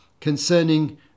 concerning